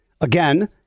again